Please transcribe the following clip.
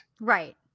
Right